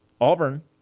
Auburn